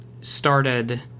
started